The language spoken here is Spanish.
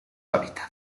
hábitat